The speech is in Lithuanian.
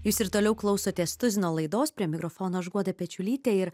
jūs ir toliau klausotės tuzino laidos prie mikrofono aš guoda pečiulytė ir